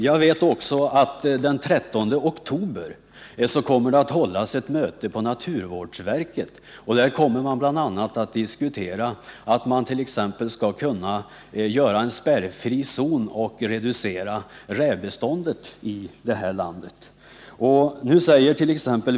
Herr talman! Jag vet att det den 30 oktober skall hållas ett möte på naturvårdsverket. Där kommer man bl.a. att diskutera frågan om att inrätta en spärrzon och reducera rävbeståndet vid behov.